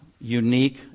unique